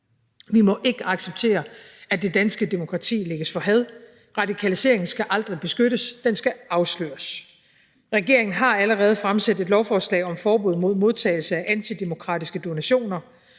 Vi må ikke acceptere, at det danske demokrati lægges for had. Radikalisering skal aldrig beskyttes; det skal afsløres. Regeringen har allerede fremsat et lovforslag om forbud mod modtagelse af antidemokratiske donationer.